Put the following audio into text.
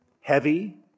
heavy